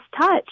touch